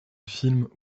films